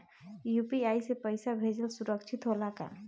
UPI से पैसा भेजल सुरक्षित होला का?